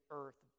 earth